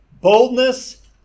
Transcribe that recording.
boldness